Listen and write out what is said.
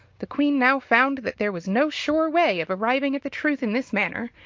the queen now found that there was no sure way of arriving at the truth in this manner,